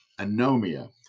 anomia